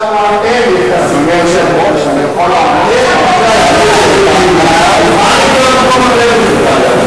בשום מקום בעולם זה לא היה קורה.